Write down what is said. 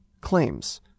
claims